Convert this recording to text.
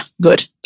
good